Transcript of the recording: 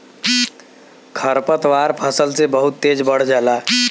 खरपतवार फसल से बहुत तेज बढ़ जाला